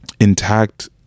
intact